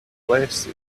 placed